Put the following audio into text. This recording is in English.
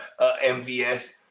MVS